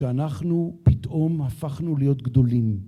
‫ואנחנו פתאום הפכנו להיות גדולים.